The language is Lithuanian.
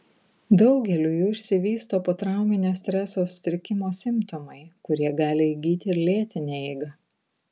daugeliui jų išsivysto potrauminio streso sutrikimo simptomai kurie gali įgyti ir lėtinę eigą